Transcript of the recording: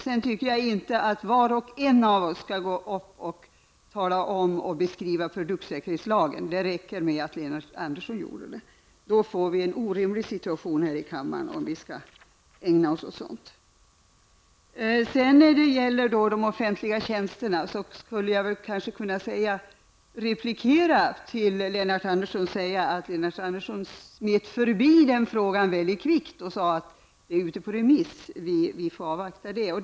Sedan tycker jag inte att var och en av oss skall gå upp och beskriva produktsäkerhetslagen; det räcker med att Lennart Andersson gjorde det. Annars får vi en orimlig situation här i kammaren. När det gäller de offentliga tjänsterna skulle jag kunna replikera att Lennart Andersson smet förbi den frågan väldigt kvickt genom att säga att den är ute på remiss och att vi får avvakta resultatet.